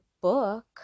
book